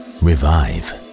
revive